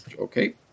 Okay